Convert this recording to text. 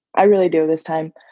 i really do this time.